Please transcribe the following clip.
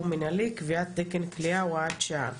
מנהלי) (קביעת תקן כליאה) (הוראת שעה).